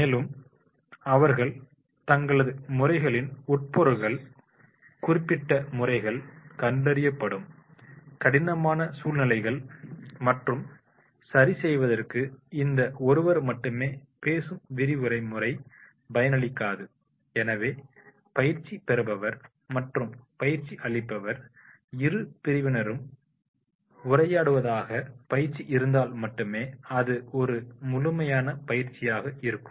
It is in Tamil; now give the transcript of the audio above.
மேலும் அவர்கள் தங்களது முறைகளின் உட்பொருட்கள் குறிப்பிட்ட முறைகள் கண்டறியப்படும் கடினமான சூழ்நிலைகள் மற்றும் சரி செய்வதற்கு இந்த ஒருவர் மட்டுமே பேசும் விரிவுரை முறை பயனளிக்காது எனவே பயிற்சி பெறுபவர் மற்றும் பயிற்சி அளிப்பவர் இரு பிரிவினரும் உரையாடுவதாக பயிற்சி இருந்தால் மட்டுமே அது ஒரு முழுமையான பயிற்சியாக இருக்கும்